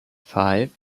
five